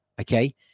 Okay